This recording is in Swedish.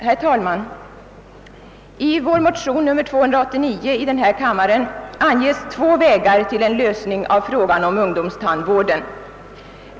Herr talman! I motionen II: 289 anger vi två vägar till en lösning av frågan om ungdomstandvården.